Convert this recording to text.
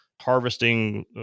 harvesting